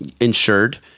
insured